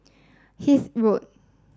Hythe Road